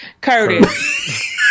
Curtis